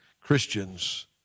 Christians